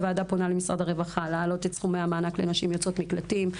הוועדה פונה למשרד הרווחה להעלות את סכומי המענק לנשים יוצאות מקלטים.